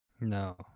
No